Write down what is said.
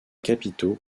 capitaux